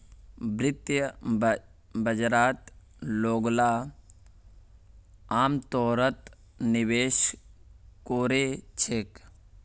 वित्तीय बाजारत लोगला अमतौरत निवेश कोरे छेक